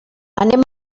anem